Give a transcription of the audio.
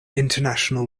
international